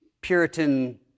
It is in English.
Puritan